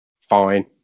fine